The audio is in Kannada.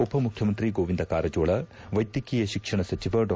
ಉಪ ಮುಖ್ಯಮಂತ್ರಿ ಗೋವಿಂದ ಕಾರಜೋಳ ವೈದ್ಯಕೀಯ ಶಿಕ್ಷಣ ಸಚಿವ ಡಾ